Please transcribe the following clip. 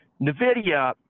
NVIDIA